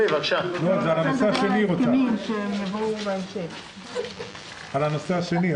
נעלה אותך שוב כשנדבר על המענקים.